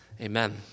Amen